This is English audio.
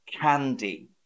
candy